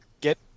get